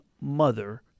mother